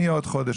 מעוד חודש,